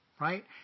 right